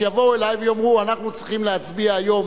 שיבואו אלי ויאמרו: אנחנו צריכים להצביע היום